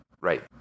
right